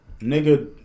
nigga